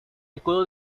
escudo